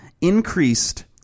increased